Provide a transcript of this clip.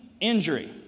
injury